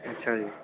ਅੱਛਾ ਜੀ